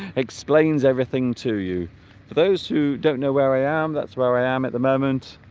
explains everything to you those who don't know where i am that's where i am at the moment